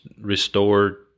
restored